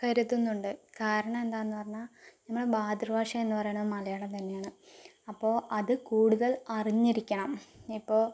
കരുതുന്നുണ്ട് കാരണം എന്താന്ന് പറഞ്ഞാ നമ്മള് മാതൃഭാഷ എന്ന് പറയണത് മലയാളം തന്നെയാണ് അപ്പോൾ അത് കൂടുതൽ അറിഞ്ഞിരിക്കണം ഇപ്പോ